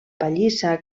pallissa